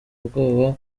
ubwoba